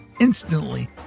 instantly